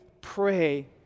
pray